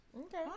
Okay